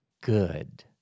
good